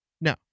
No